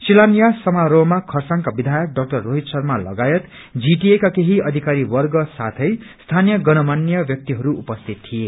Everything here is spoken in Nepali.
शिलान्यास समारोहमा खरसाङका विधायक डाक्टर रोहित शर्मा लगायत जीटीए का केही अधिकारीवर्ग साथै स्थानिय गन्यमान्य ब्यक्तिहरू उपस्थित थिए